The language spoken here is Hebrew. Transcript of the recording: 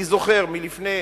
אני זוכר שלפני